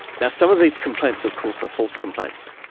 yeah some of these complaints of course are false complaints.